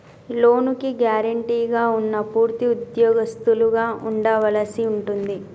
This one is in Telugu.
లోనుకి గ్యారెంటీగా ఉన్నా పూర్తి ఉద్యోగస్తులుగా ఉండవలసి ఉంటుంది